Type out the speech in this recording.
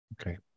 Okay